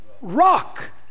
rock